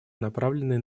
направленные